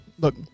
Look